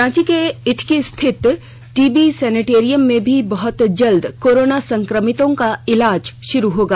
रांची के इटकी स्थित TB sanatorium में भी बहुत जल्द कोरोना संक्रमितों का इलाज शुरू होगा